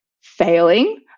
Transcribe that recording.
failing